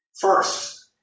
First